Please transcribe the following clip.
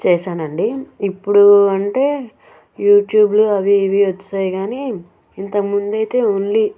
చేసానండి ఇప్పుడూ అంటే యూట్యూబ్లో అవీ ఇవీ వచ్చేసాయి కానీ ఇంతకుముందయితే ఓన్లీ